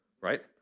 Right